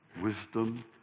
wisdom